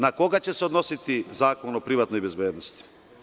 Na koga će se odnositi zakon o privatnoj bezbednosti?